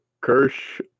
Kirsch